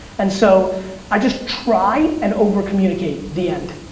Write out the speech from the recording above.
and so i just try and over-communicate, the end.